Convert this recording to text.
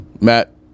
Matt